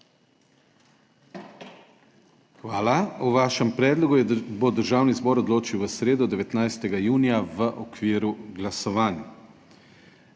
res. O vašem predlogu bo Državni zbor odločil v sredo, 19. junija 2024, v okviru glasovanj.